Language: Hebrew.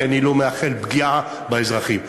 כי אני לא מאחל פגיעה באזרחים.